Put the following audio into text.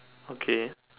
okay